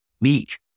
meek